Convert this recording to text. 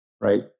right